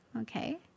Okay